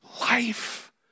life